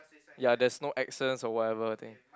ya there's no accents or whatever there